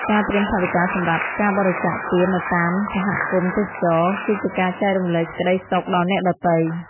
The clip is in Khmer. ការត្រៀមថវិកាសម្រាប់ការបរិច្ចាគទាននៅតាមសហគមន៍ទេសចរណ៍ គឺជាការចែករំលែកសេចក្តីសុខដល់អ្នកដទៃ។